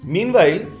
Meanwhile